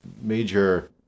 major